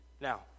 Now